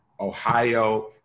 Ohio